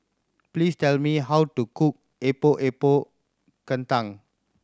please tell me how to cook Epok Epok Kentang